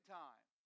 time